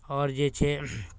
आओर जे छै